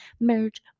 merge